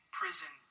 prison